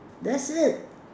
that's it